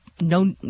no